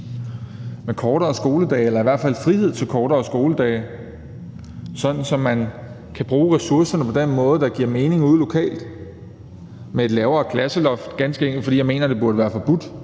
have kortere skoledage eller i hvert fald frihed til at beslutte at have kortere skoledage, sådan at man kan bruge ressourcerne på den måde, der giver mening ude lokalt. Og der skal være et lavere klasseloft, ganske enkelt fordi jeg mener, det burde være forbudt